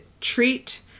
treat